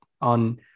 on